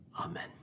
Amen